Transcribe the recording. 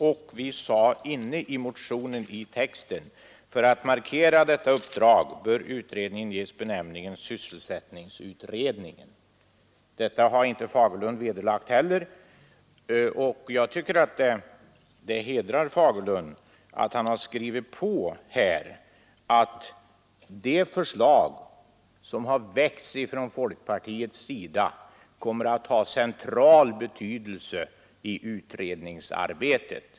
Och i texten till motionen sade vi: ”För att markera detta uppdrag bör utredningen ges benämningen sysselsättningsutredningen.” Herr Fagerlund har heller inte vederlagt detta, och jag tycker att det hedrar honom att han skrivit på att det förslag som har väckts av folkpartiet kommer att ha central betydelse i utredningsarbetet.